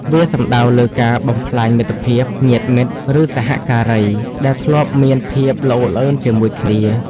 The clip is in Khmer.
វាសំដៅលើការបំផ្លាញមិត្តភាព ញាតិមិត្ត ឬសហការី ដែលធ្លាប់មានភាពល្អូកល្អឺនជាមួយគ្នា។